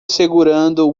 segurando